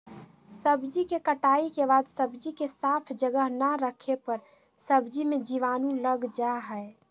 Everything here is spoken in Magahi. सब्जी के कटाई के बाद सब्जी के साफ जगह ना रखे पर सब्जी मे जीवाणु लग जा हय